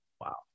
wow